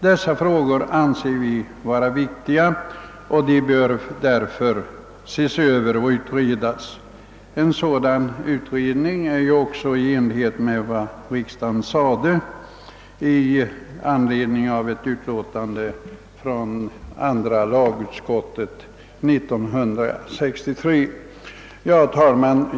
Dessa frågor anser vi vara mycket viktiga, och de bör alltså utredas. Att en utredning görs ligger också i linje med vad riksdagen uttalade i anledning av ett utlåtande från andra lagutskottet år 1963. Herr talman!